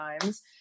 times